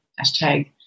hashtag